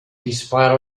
dispara